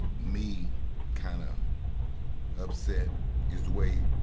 me kind of um upset is way,